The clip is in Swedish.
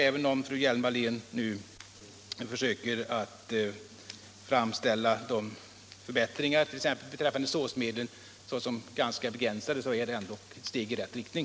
Även om fru Hjelm-Wallén nu försöker framställa de gjorda förbättringarna, t.ex. beträffande SÅS-medlen, som ganska begränsade är det ändock steg i rätt riktning.